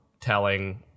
Telling